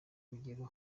rugero